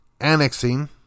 annexing